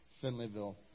Finleyville